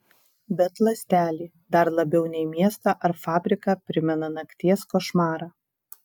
bet ląstelė dar labiau nei miestą ar fabriką primena nakties košmarą